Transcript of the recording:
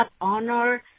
Honor